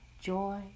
joy